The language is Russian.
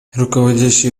руководящие